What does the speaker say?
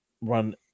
run